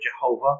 Jehovah